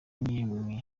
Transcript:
n’imwe